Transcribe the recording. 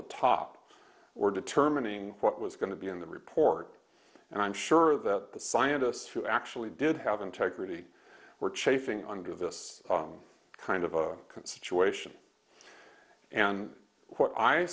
the top were determining what was going to be in the report and i'm sure that the scientists who actually did have integrity were chafing under this on kind of a constituent and what i